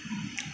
uh